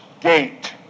gate